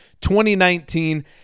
2019